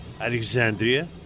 Alexandria